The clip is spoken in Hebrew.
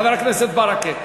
חבר הכנסת ברכה,